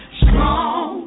strong